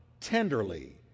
tenderly